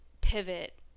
pivot